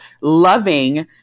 loving